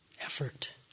effort